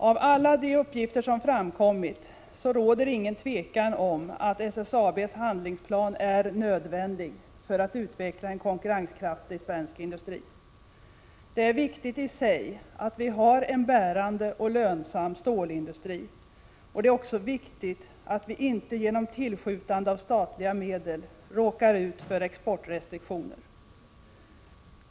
Av alla de uppgifter som framkommit råder det inget tvivel om att SSAB:s handlingsplan är nödvändig för att utveckla en konkurrenskraftig svensk industri. Det är viktigt i sig att vi har en bärande och lönsam stålindustri och det är också viktigt att vi inte genom tillskjutande av statliga medel råkar ut för exportrestriktioner.